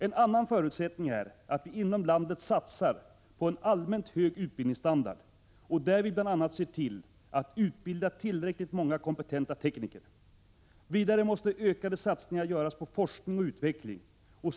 En annan förutsättning är att vi inom landet satsar på en allmänt hög utbildningsstandard och därvid bl.a. ser till att utbilda tillräckligt många kompetenta tekniker. Vidare måste ökade satsningar göras på forskning och utveckling.